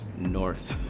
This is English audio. north